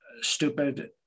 stupid